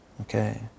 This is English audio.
okay